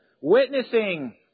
witnessing